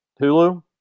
Hulu